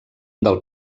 del